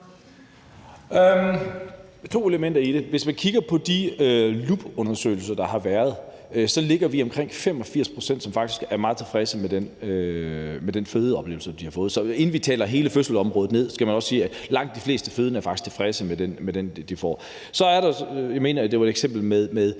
to elementer i det. Hvis man kigger på de LUP-undersøgelser, der har været af området, kan man se, at omkring 85 pct. er meget tilfredse med den fødselsoplevelse, de har haft. Så inden vi taler hele fødselsområdet ned, skal man også sige, at langt de fleste fødende faktisk er tilfredse med den oplevelse, de får. Og så nævnte ordføreren et eksempel på